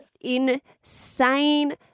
insane